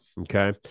Okay